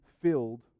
filled